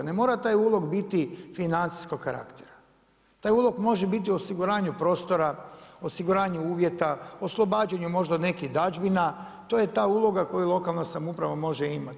Ne mora taj ulog biti financijskog karaktera, taj ulog može biti osiguranje prostora, osiguranje uvjeta, oslobađanje možda od nekih dažbina, to je ta uloga koju lokalan samouprava može imati.